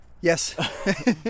yes